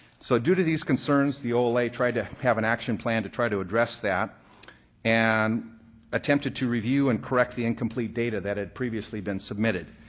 so due to these concerns, the ola tried to have an action plan to try to address that and attempted to review and correct the incomplete data that had previously been submitted.